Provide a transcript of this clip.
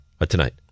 Tonight